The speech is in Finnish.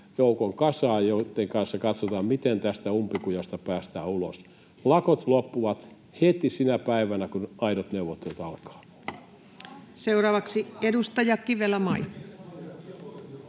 koputtaa] jonka kanssa katsotaan, miten tästä umpikujasta päästään ulos. Lakot loppuvat heti sinä päivänä, kun aidot neuvottelut alkavat. [Perussuomalaisten